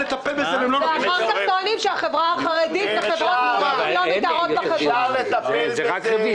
ואחר כך טוענים שהחברה החרדית לא מתערה בחברה הכללית.